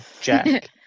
Jack